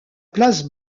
place